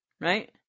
right